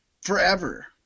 forever